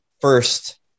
first